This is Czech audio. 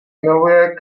miluje